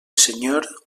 senyor